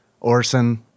Orson